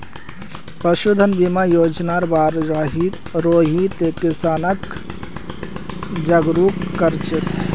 पशुधन बीमा योजनार बार रोहित किसानक जागरूक कर छेक